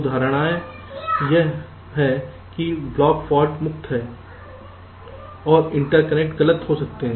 तो धारणाएं यह हैं की ब्लॉक फाल्ट मुक्त हैं और इंटरकनेक्ट गलत हो सकते हैं